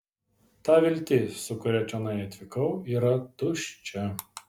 ta viltis su kuria čionai atvykau yra tuščia